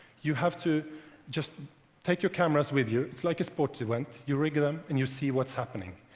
you have to just take your cameras with you. it's like a sports event. you rig them and you see what's happening.